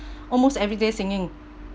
almost everyday singing